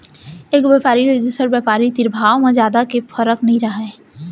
एक बेपारी ले दुसर बेपारी तीर भाव म जादा के फरक नइ रहय